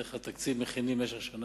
בדרך כלל מכינים תקציב במשך שנה,